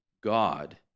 God